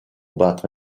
battre